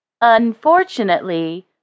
Unfortunately